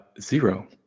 Zero